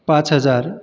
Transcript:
पाच हजार